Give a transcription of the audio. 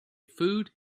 food